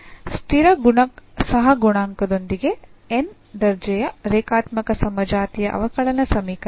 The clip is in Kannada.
ಸ್ಥಿರ ಸಹಗುಣಾಂಕದೊಂದಿಗೆ n ನೇ ದರ್ಜೆಯ ರೇಖಾತ್ಮಕ ಸಮಜಾತೀಯ ಅವಕಲನ ಸಮೀಕರಣ